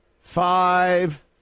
five